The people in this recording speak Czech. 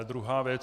Druhá věc.